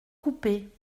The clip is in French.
coupés